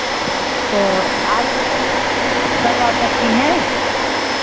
तो आप करवा सकती हैं